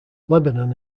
lebanon